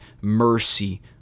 mercy